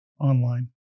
Online